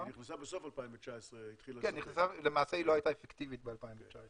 היא נכנסה בסוף 2019. למעשה לווייתן לא הייתה אפקטיבית ב-2019.